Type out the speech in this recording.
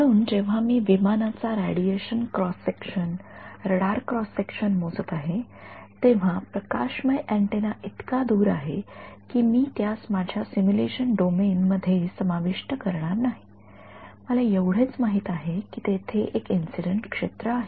म्हणून जेव्हा मी विमानाचा radiation cross section radar cross section मोजत आहे तेव्हा प्रकाशमय अँटेना इतका दूर आहे की मी त्यास माझ्या सिम्युलेशन डोमेन मध्ये समाविष्ट करणार नाही मला एवढेच माहित आहे की तेथे एक इंसिडेन्ट क्षेत्र आहे